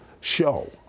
show